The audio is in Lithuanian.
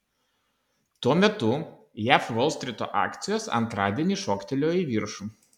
tuo metu jav volstryto akcijos antradienį šoktelėjo į viršų